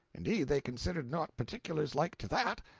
indeed, they considered not particulars like to that.